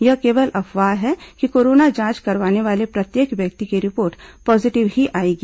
यह केवल अफवाह है कि कोरोना जांच करवाने वाले प्रत्येक व्यक्ति की रिपोर्ट पॉजीटिव ही आएगी